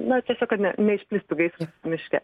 na tiesiog kad ne neišplistų gaisras miške